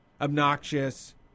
Obnoxious